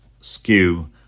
skew